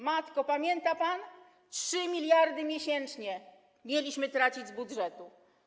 Matko, pamięta pan? 3 mld zł miesięcznie mieliśmy tracić z budżetu.